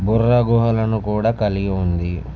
బుర్రా గుహలను కూడా కలిగి ఉంది